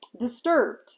disturbed